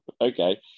okay